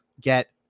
get